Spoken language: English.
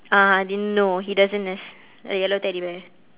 uh didn't no he doesn't it's a yellow teddy bear